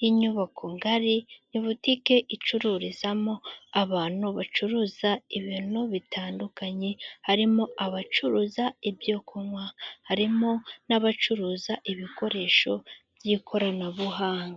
y'inyubako ngari ni butique icururizamo abantu bacuruza ibintu bitandukanye, harimo abacuruza ibyo kunywa harimo n'abacuruza ibikoresho by'ikoranabuhanga.